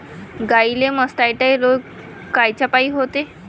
गाईले मासटायटय रोग कायच्यापाई होते?